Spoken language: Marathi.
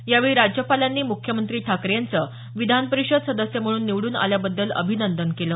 यावेळी राज्यपालांनी मुख्यमंत्री ठाकरे यांचं विधान परिषद सदस्य म्हणून निवडून आल्याबद्दल अभिनंदन केलं